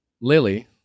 Lily